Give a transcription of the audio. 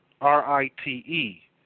R-I-T-E